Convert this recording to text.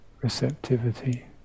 receptivity